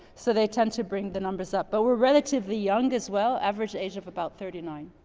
so they tend to bring the numbers up, but we're relatively young as well. average age of about thirty nine.